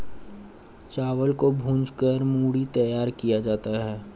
चावल को भूंज कर मूढ़ी तैयार किया जाता है